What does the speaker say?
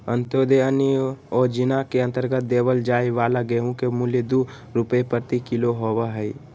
अंत्योदय अन्न योजना के अंतर्गत देवल जाये वाला गेहूं के मूल्य दु रुपीया प्रति किलो होबा हई